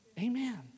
Amen